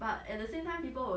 mm